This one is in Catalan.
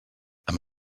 amb